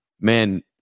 Man